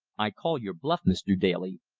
i call your bluff, mr. daly,